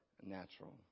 natural